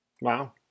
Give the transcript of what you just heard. Wow